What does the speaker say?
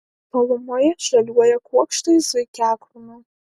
tolumoje žaliuoja kuokštai zuikiakrūmių